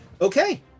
Okay